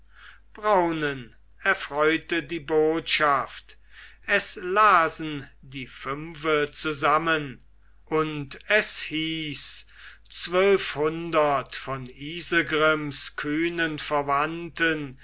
braunen erfreute die botschaft es lasen die fünfe zusammen und es hieß zwölfhundert von isegrims kühnen verwandten